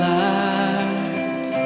light